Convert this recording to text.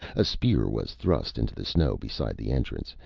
a spear was thrust into the snow beside the entrance,